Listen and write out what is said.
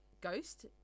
Ghost